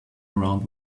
around